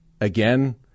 again